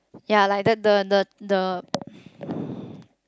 ya like the the the the